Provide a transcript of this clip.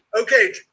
okay